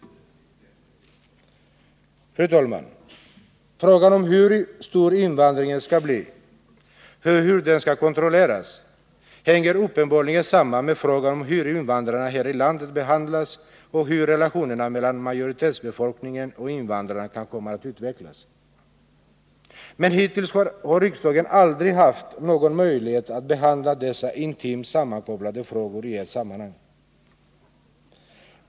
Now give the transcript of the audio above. Fru talman! Frågan om hur stor invandringen skall bli och hur den skall kontrolleras hänger uppenbarligen samman med frågan om hur invandrarna här i landet behandlas och hur relationerna mellan majoritetsbefolkningen och invandrarna kan komma att utvecklas. Men hittills har riksdagen aldrig haft någon möjlighet att behandla dessa intimt sammankopplade frågor i ett sammanhang.